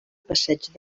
passeig